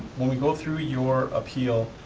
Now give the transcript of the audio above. when we go through your appeal,